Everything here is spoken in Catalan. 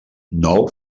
nou